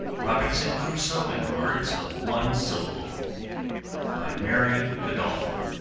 robinson crusoe in words of one syllable by mary godolphin